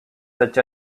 such